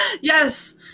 Yes